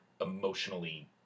emotionally